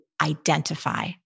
identify